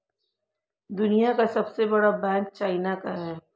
दुनिया का सबसे बड़ा बैंक चाइना का है